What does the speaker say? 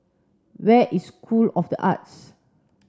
where is School of The Arts